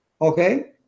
Okay